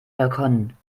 balkon